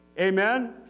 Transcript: amen